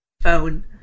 phone